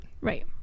Right